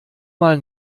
mal